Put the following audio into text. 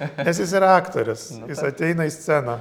nes jis yra aktorius jis ateina į sceną